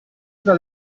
una